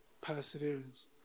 perseverance